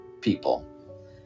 people